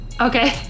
Okay